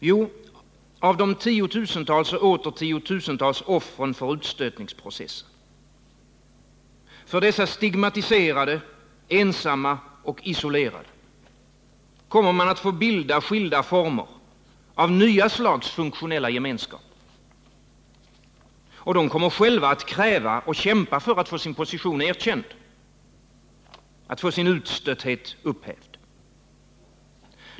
Jo, av de tiotusentals och åter tiotusentals offren för utstötningsprocessen, för dessa stigmatiserade, ensamma och isolerade kommer man att få bilda skilda former av nya slags funktionella gemenskaper. De kommer själva att kräva och kämpa för att få sin position erkänd, att få sin utstötthet upphävd.